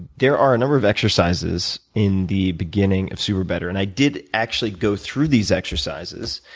there are a number of exercises in the beginning of superbetter. and i did actually go through these exercises,